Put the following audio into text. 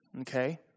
okay